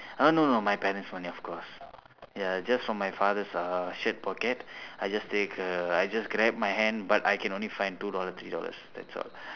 uh no no my parents money of course ya just from my father's uh shared pocket I just take err I just grab my hand but I can only find two dollars three dollars that's all